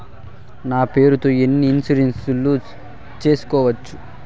నా పేరుతో ఎన్ని ఇన్సూరెన్సులు సేసుకోవచ్చు?